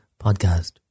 podcast